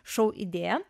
šou idėją